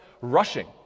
rushing